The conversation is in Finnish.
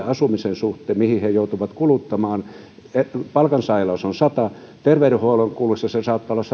asumisen suhteen mihin he joutuvat kuluttamaan palkansaajilla se on sadannen terveydenhuollon kuluissa se saattaa olla